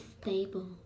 stable